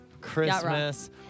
Christmas